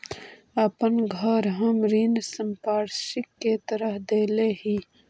अपन घर हम ऋण संपार्श्विक के तरह देले ही